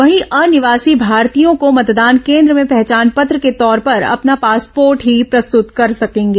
वहीं अनिवासी भारतीयों को मतदान केन्द्र में पहचान पत्र के तौर पर अपना पासपोर्ट ही प्रस्तुत कर सकेंगे